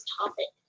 topic